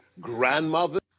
Grandmother